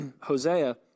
Hosea